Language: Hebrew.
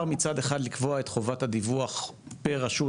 מצד אחד לקבוע את חובת הדיווח פר רשות,